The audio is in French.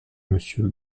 monsieur